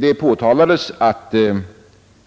Det sades också att